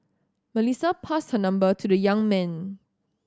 Melissa passed her number to the young man